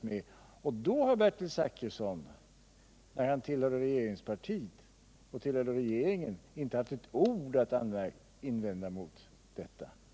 Men när Bertil Zachrisson tillhörde regeringen hade han inte ett ord att invända mot detta. Herr talman!